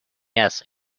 nests